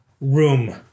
Room